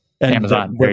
Amazon